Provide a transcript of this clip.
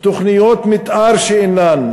תוכניות מתאר שאינן,